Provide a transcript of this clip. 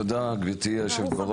תודה, גברתי יושבת הראש.